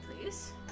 please